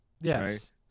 yes